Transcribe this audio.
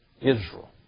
Israel